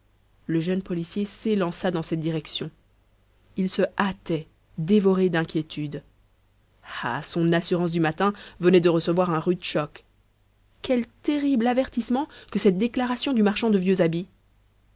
le jeune policier s'élança dans cette direction il se hâtait dévoré d'inquiétudes ah son assurance du matin venait de recevoir un rude choc quel terrible avertissement que cette déclaration du marchand de vieux habits